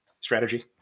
strategy